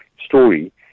story